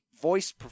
voice